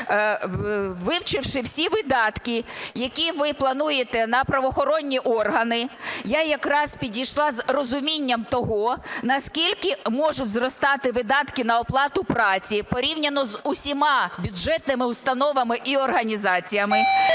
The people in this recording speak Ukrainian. Вивчивши всі видатки, які ви плануєте на правоохоронні органи, я якраз підійшла з розумінням того, на скільки можуть зростати видатки на оплату праці порівняно з усіма бюджетними установами і організаціями,